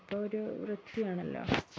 ഒക്കെ ഒരു ലക്ഷ്യാണല്ലോ